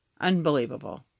unbelievable